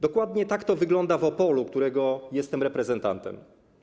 Dokładnie tak to wygląda w Opolu, którego jestem reprezentantem.